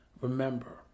remember